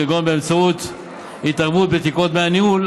כגון באמצעות התערבות בתקרות דמי הניהול,